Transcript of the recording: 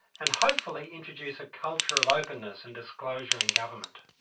and hopefully introduce a culture of openness and disclosure in government.